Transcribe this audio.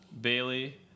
Bailey